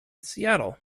seattle